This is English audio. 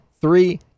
three